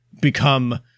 become